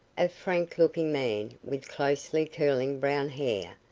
a frank-looking man with closely curling brown hair,